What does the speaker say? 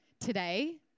today